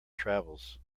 travels